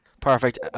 Perfect